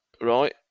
right